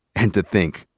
and to think,